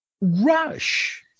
Rush